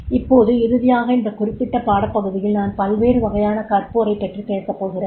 இப்போது இறுதியாக இந்தக் குறிப்பிட்ட பாடப்பகுதியில் நான் பல்வேறு வகையான கற்போரைப் பற்றி பேசப்போகிறேன்